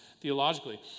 theologically